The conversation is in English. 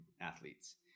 athletes